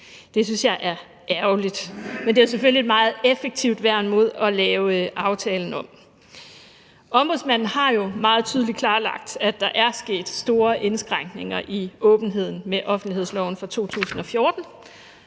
Det synes jeg er ærgerligt. Men det er jo selvfølgelig et meget effektivt værn mod at lave aftalen om. Ombudsmanden har jo meget tydeligt klarlagt, at der er sket store indskrænkninger i åbenheden med offentlighedsloven fra 2014,